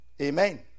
Amen